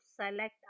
select